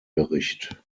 bericht